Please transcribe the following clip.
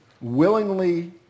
willingly